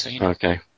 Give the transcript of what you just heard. Okay